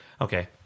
Okay